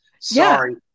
Sorry